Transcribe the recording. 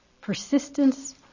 Persistence